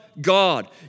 God